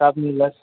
सब मिलत